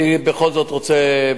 אני בכל זאת רוצה,